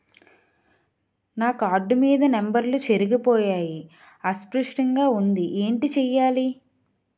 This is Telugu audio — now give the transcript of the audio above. నా కార్డ్ మీద నంబర్లు చెరిగిపోయాయి అస్పష్టంగా వుంది ఏంటి చేయాలి?